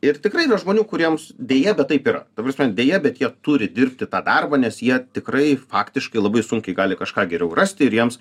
ir tikrai yra žmonių kuriems deja bet taip yra ta prasme deja bet jie turi dirbti tą darbą nes jie tikrai faktiškai labai sunkiai gali kažką geriau rasti ir jiems